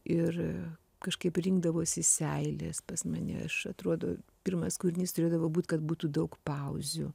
ir kažkaip rinkdavosi seilės pas mane aš atrodo pirmas kūrinys turėdavo būt kad būtų daug pauzių